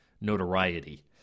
notoriety